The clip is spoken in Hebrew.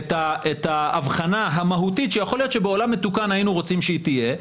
את ההבחנה המהותית שיכול להיות שבעולם מתוקן היינו רוצים שהיא תהיה,